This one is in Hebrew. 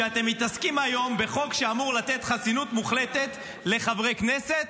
שאתם מתעסקים היום בחוק שאמור לתת חסינות מוחלטת לחברי כנסת,